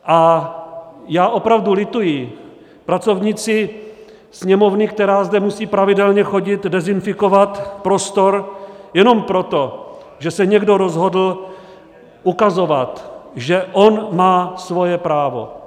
A já opravdu lituji pracovnici Sněmovny, která zde musí pravidelně chodit dezinfikovat prostor jenom proto, že se někdo rozhodl ukazovat, že on má svoje právo.